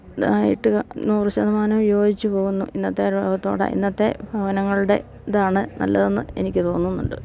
ആയിട്ട് നൂറ് ശതമാനവും യോജിച്ച് പോകുന്നു ഇന്നത്തെ രോഗത്തോടെ ഇന്നത്തെ ഭവനങ്ങളുടെ ഇതാണ് നല്ലതെന്ന് എനിക്ക് തോന്നുന്നുണ്ട്